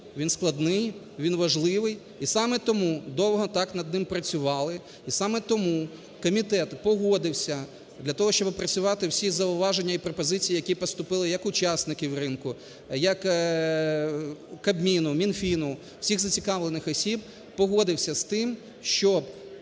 він складний, він важливий. І саме тому довго так над ним працювали. І саме тому комітет погодився для того, щоб опрацювати всі зауваження і пропозиції, які поступили як учасників ринку, як Кабміну, Мінфіну, всіх зацікавлених осіб, погодився з тим, щоб